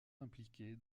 impliquées